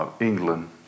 England